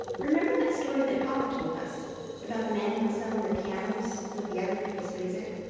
remember that story that papa told us about the man who was selling the pianos with the other people's music?